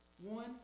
one